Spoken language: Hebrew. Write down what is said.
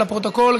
ולפרוטוקול,